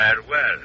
Farewell